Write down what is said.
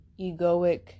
egoic